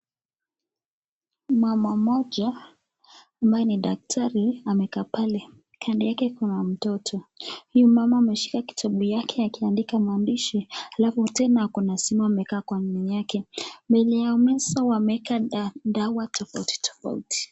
Mama moja ambaye ni Daktari amekaa pale, kando yake kuna mtoto . Huyu mama ameshika kitabu yake akiandika maandishi alafu tena ako na simu ameweka kwa nini yake . Mbele ya meza wameweka dawa tofauti tofauti .